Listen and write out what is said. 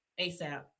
ASAP